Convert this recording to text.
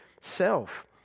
self